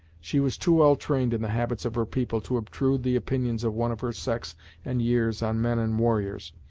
she was too well trained in the habits of her people to obtrude the opinions of one of her sex and years on men and warriors,